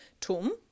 tum